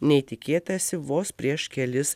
nei tikėtasi vos prieš kelis